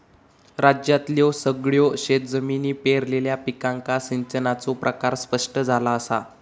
राज्यातल्यो सगळयो शेतजमिनी पेरलेल्या पिकांका सिंचनाचो प्रकार स्पष्ट झाला असा